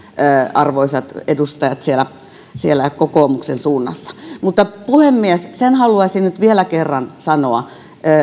arvoisat edustajat siellä siellä kokoomuksen suunnassa mutta puhemies sen haluaisin nyt vielä kerran sanoa